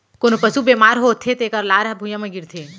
कोनों पसु बेमार होथे तेकर लार ह भुइयां म गिरथे